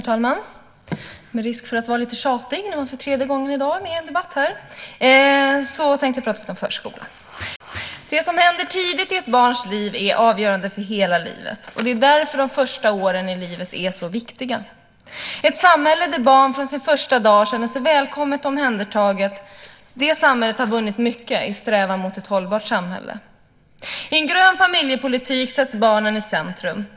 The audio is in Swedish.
Herr talman! Med risk för att bli lite tjatig, eftersom det är tredje gången jag är med i en debatt i dag, tänkte jag prata lite om förskolan. Det som händer tidigt i ett barns liv är avgörande för hela livet. Det är därför de första åren i livet är så viktiga. Ett samhälle där ett barn från sin första dag känner sig välkommet och omhändertaget har vunnit mycket i strävan mot hållbarhet. I en grön familjepolitik sätts barnen i centrum.